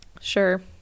sure